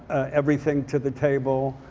everything to the table.